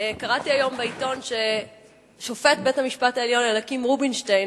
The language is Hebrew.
קראתי היום בעיתון ששופט בית-המשפט העליון אליקים רובינשטיין